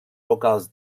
vocals